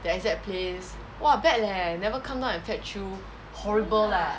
the exact place !wah! bad leh never come down and fetch you horrible lah